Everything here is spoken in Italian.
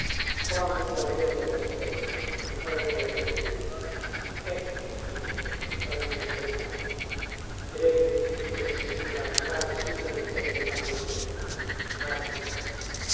qua mura derme castella e tremula verzura eccoti giunto al fragoroso mare ed ecco i flutti verso te balzare su dallinterminabile pianura in larghe file